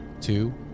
Two